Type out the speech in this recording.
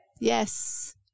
Yes